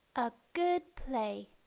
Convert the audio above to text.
a good play